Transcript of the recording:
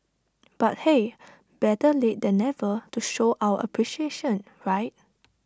but hey better late than never to show our appreciation right